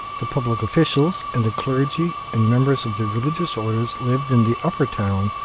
the public officials and the clergy and members of the religious orders lived in the upper town,